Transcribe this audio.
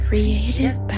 Creative